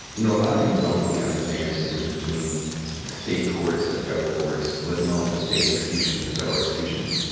you know, a lot of people don't really understand the difference between the state courts and federal courts, let alone state executions and federal executions.